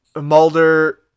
Mulder